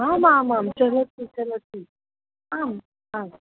आमामां चलति चलति आम् आस्